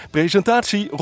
Presentatie